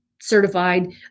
certified